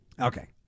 Okay